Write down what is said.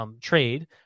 trade